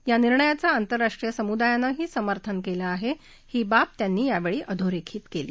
या निर्णयाचं आंतरराष्ट्रीय समुदायानंही समर्थन केलं आहे ही बाबही त्यांनी यावेळी अधोरेखित केली